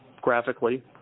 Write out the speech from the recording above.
graphically